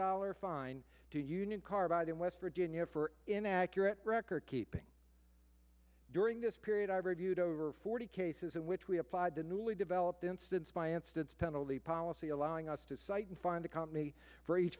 dollar fine to union carbide in west virginia for inaccurate record keeping during this period i've reviewed over forty cases in which we applied the newly developed instance by instance penalty policy allowing us to cite and find a company for each